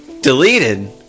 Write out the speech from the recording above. deleted